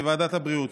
לוועדת הבריאות.